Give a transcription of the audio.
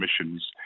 emissions